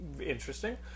Interesting